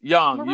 Young